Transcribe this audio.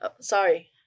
Sorry